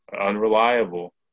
unreliable